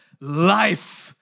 Life